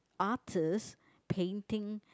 artist painting